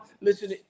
Listen